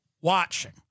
watching